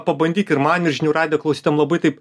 pabandyk ir man ir žinių radijo klausytojam labai taip